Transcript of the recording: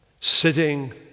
sitting